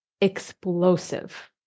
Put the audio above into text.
explosive